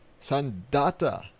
Sandata